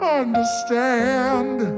understand